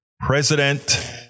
President